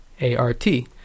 A-R-T